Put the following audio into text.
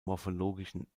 morphologischen